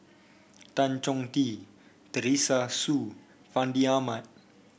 Tan Chong Tee Teresa Hsu Fandi Ahmad